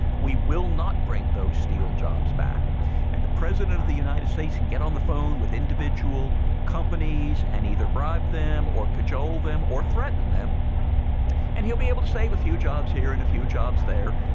we will not bring those steel jobs back and the president of the united states can get on the phone with individual companies and either bribe them or cajole them or threaten them and he will be able to save a few jobs here and a few jobs there.